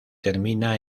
termina